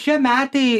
šie metai